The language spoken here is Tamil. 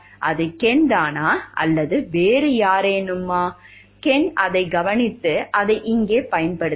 அது கென் தானா அல்லது வேறு யாராயினும் கென் அதைக் கவனித்து அதை இங்கே பயன்படுத்தினார்